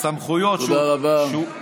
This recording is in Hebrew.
תודה רבה.